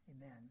amen